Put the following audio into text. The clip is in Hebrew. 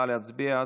נא להצביע.